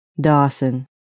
Dawson